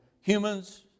humans